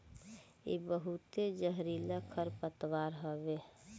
इ बहुते जहरीला खरपतवार हवे